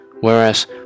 whereas